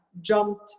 jumped